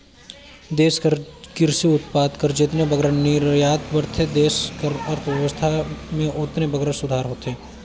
देस कर किरसी उत्पाद कर जेतने बगरा निरयात बढ़थे देस कर अर्थबेवस्था में ओतने बगरा सुधार होथे